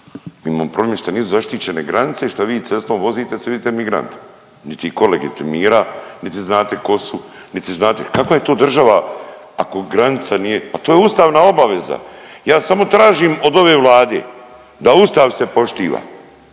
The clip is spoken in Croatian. Mi imamo problem što nisu zaštićene granice i što vi cestom vozite i vidite migrante, niti ih ko legitimira, niti znate ko su, niti znate, kakva je to država ako granica nije, pa to je ustavna obaveza. Ja samo tražim od ove Vlade da ustav se poštiva,